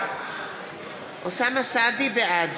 בעד